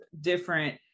different